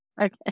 Okay